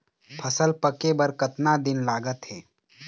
फसल पक्के बर कतना दिन लागत हे?